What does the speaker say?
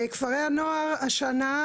כפרי הנוער השנה,